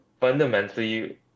fundamentally